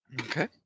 Okay